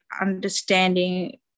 understanding